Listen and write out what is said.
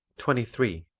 twenty three.